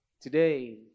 Today